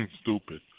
stupid